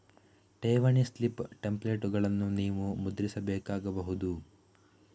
ಠೇವಣಿ ಸ್ಲಿಪ್ ಟೆಂಪ್ಲೇಟುಗಳನ್ನು ನೀವು ಮುದ್ರಿಸಬೇಕಾಗಬಹುದು